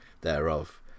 thereof